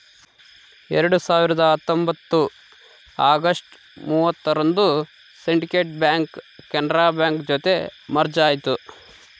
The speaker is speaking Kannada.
ಎರಡ್ ಸಾವಿರದ ಹತ್ತೊಂಬತ್ತು ಅಗಸ್ಟ್ ಮೂವತ್ತರಂದು ಸಿಂಡಿಕೇಟ್ ಬ್ಯಾಂಕ್ ಕೆನರಾ ಬ್ಯಾಂಕ್ ಜೊತೆ ಮರ್ಜ್ ಆಯ್ತು